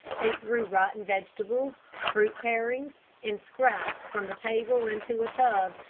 they threw rotten vegetables, fruit parings, and scraps from the table into a tub,